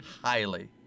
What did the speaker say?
Highly